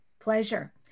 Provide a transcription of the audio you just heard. pleasure